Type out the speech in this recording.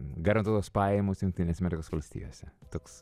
garantuotos pajamos jungtinėse amerikos valstijose toks